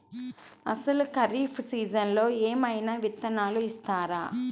అసలు ఖరీఫ్ సీజన్లో ఏమయినా విత్తనాలు ఇస్తారా?